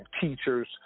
teachers